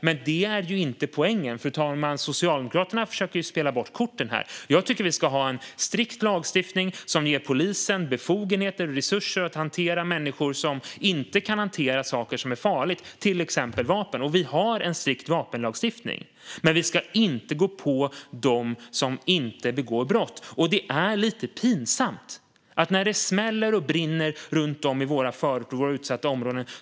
Men det är inte poängen. Socialdemokraterna försöker spela bort korten här, fru talman. Jag tycker att vi ska ha en strikt lagstiftning som ger polisen befogenheter och resurser att hantera människor som inte kan hantera farliga saker, till exempel vapen. Vi har en strikt vapenlagstiftning. Men vi ska inte gå på dem som inte begår brott. Det är lite pinsamt när det smäller och brinner runt om i våra förorter och utsatta områden.